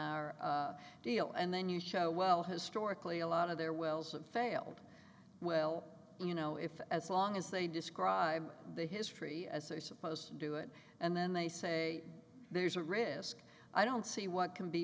our deal and then you show well historically a lot of their wells of failed well you know if as long as they describe the history as i supposed to do it and then they say there's a risk i don't see what can be